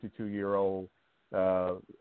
52-year-old